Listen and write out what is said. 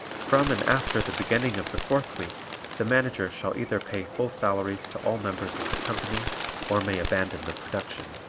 from and after the beginning of the fourth week the manager shall either pay full salaries to all members of the company or may abandon the production.